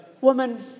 woman